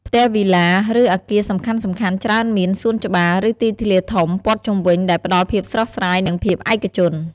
ផ្ទះវីឡា ឬអគារសំខាន់ៗច្រើនមាន សួនច្បារ ឬ ទីធ្លាធំ ព័ទ្ធជុំវិញ ដែលផ្តល់ភាពស្រស់ស្រាយ និងភាពឯកជន។